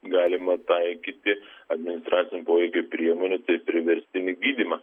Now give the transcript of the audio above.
galima taikyti administracinio poveikio priemonių tai priverstinį gydymą